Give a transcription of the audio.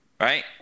Right